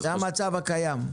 זה המצב הקיים.